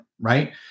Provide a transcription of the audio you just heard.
Right